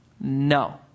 No